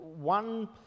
one